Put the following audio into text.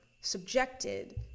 subjected